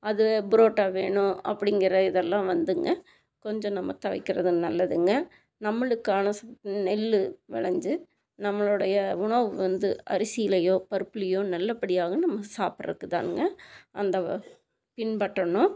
அது பரோட்டா வேணும் அப்படிங்கிற இதெல்லாம் வந்துங்க கொஞ்சம் நம்ம தவிர்க்கிறது நல்லதுங்க நம்மளுக்கான நெல் விளைஞ்சி நம்மளுடைய உணவு வந்து அரிசிலையோ பருப்புலையோ நல்ல படியாக நம்ம சாப்பிட்றதுக்கு தானுங்க அந்த பின்பற்றணும்